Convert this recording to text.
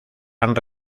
han